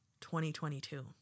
2022